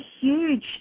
huge